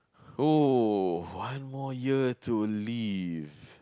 oh one more year to live